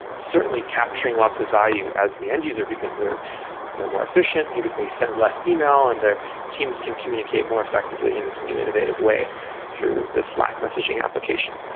certainly capturing lots of value as the end user, because they're they're more efficiently. but they send less email and their teams can communicate more effectively in this new innovative way through the slack messaging application.